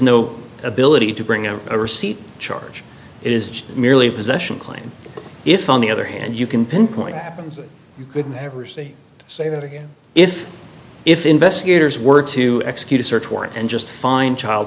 no ability to bring out a receipt charge it is merely a possession claim if on the other hand you can pinpoint happens you could never see say that again if if investigators were to execute a search warrant and just find child